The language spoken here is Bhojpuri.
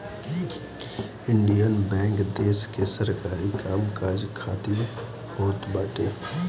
इंडियन बैंक देस के सरकारी काम काज खातिर होत बाटे